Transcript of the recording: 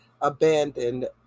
abandoned